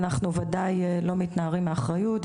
אנחנו ודאי לא מתנערים מאחריות,